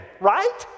right